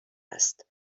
است